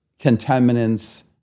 contaminants